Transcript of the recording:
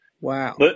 Wow